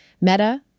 Meta